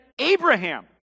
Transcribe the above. Abraham